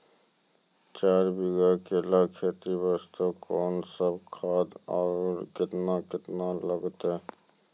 चार बीघा केला खेती वास्ते कोंन सब खाद आरु केतना केतना लगतै?